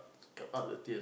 come out the tears